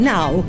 Now